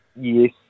yes